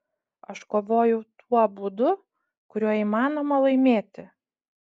aš kovojau tuo būdu kuriuo įmanoma laimėti